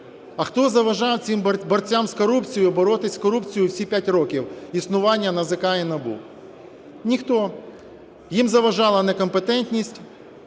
А хто заважав цим борцям з корупцією боротись з корупцією всі 5 років існування НАЗК і НАБУ? Ніхто. Їм заважала некомпетентність,